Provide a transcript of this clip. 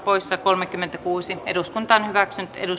arvoisa rouva puhemies kannatan